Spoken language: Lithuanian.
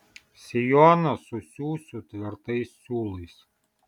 sijoną susiųsiu tvirtais siūlais